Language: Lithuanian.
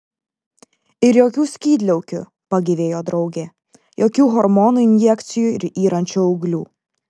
ir jokių skydliaukių pagyvėjo draugė jokių hormonų injekcijų ir yrančių auglių